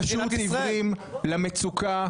אתם פשוט עיוורים למצוקה.